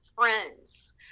friends